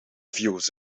views